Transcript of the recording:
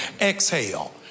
Exhale